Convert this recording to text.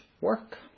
work